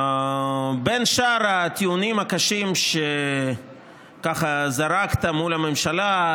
בין שאר הטיעונים הקשים שזרקת מול הממשלה,